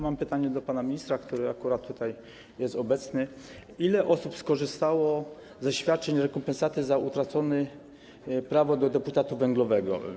Mam pytanie do pana ministra, który tutaj akurat jest obecny: Ile osób skorzystało ze świadczeń, z rekompensaty za utracone prawo do deputatu węglowego?